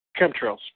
chemtrails